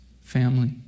family